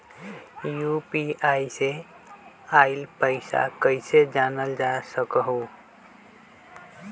UPI से आईल पैसा कईसे जानल जा सकहु?